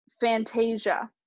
fantasia